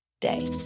day